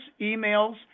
emails